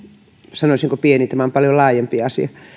sanoisinko pieni tämä on paljon laajempi asia